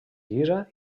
llisa